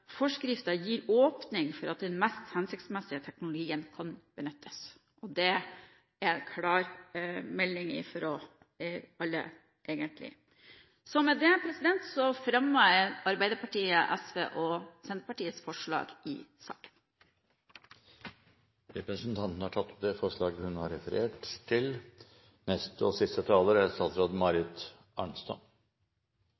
gir åpning for at den mest hensiktsmessige teknologien kan benyttes. Det er en klar melding fra alle, egentlig. Med dette tar jeg opp Arbeiderpartiet, SV og Senterpartiets forslag i saken. Representanten Janne Sjelmo Nordås har tatt opp det forslaget hun refererte til. En godt utbygd digital infrastruktur er